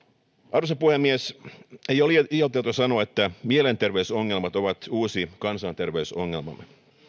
arvoisa puhemies ei ole liioiteltua sanoa että mielenterveysongelmat ovat uusi kansanterveysongelmamme